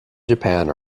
japan